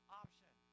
option